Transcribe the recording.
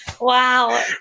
Wow